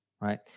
right